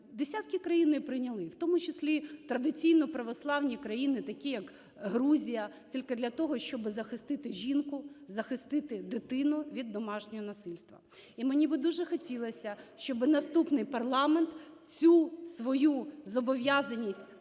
десятки країн її прийняли, в тому числі традиційно православні країни, такі як Грузія, тільки для того, щоб захистити жінку, захистити дитину від домашнього насильства. І мені би дуже хотілося, щоб наступний парламент цю свою зобов'язаність перед